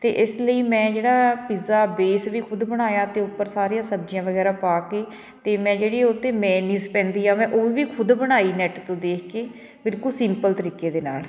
ਅਤੇ ਇਸ ਲਈ ਮੈਂ ਜਿਹੜਾ ਪਿੱਜ਼ਾ ਬੇਸ ਵੀ ਖੁਦ ਬਣਾਇਆ ਅਤੇ ਉੱਪਰ ਸਾਰੀਆਂ ਸਬਜ਼ੀਆਂ ਵਗੈਰਾ ਪਾ ਕੇ ਅਤੇ ਮੈਂ ਜਿਹੜੀ ਉੱਤੇ ਮੈਨੀਜ਼ ਪੈਂਦੀ ਆ ਮੈਂ ਉਹ ਵੀ ਖੁਦ ਬਣਾਈ ਨੈਟ ਤੋਂ ਦੇਖ ਕੇ ਬਿਲਕੁਲ ਸਿੰਪਲ ਤਰੀਕੇ ਦੇ ਨਾਲ